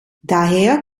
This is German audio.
daher